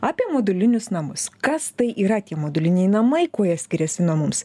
apie modulinius namus kas tai yra tie moduliniai namai kuo jie skiriasi nuo mums